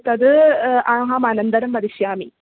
तद् अहम् अनन्तरं वदिष्यामि